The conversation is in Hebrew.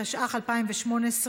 התשע"ח 2018,